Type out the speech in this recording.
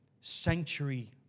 sanctuary